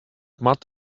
mud